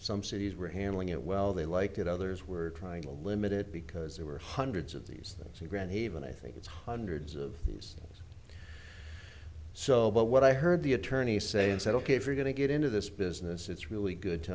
some cities were handling it well they liked it others were trying to limit it because there were hundreds of these grand haven i think it's hundreds of these so but what i heard the attorney say and said ok if you're going to get into this business it's really good to